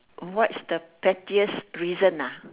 what's the pettiest reason ah